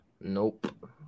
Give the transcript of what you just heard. Nope